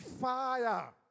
fire